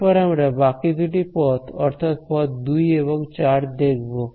এরপর আমরা বাকি দুটি পথ অর্থাৎ পথ 2 এবং 4 দেখব